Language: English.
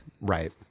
Right